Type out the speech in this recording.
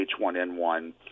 H1N1